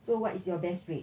so what is your best rate